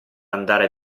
andare